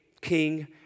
King